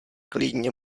klidně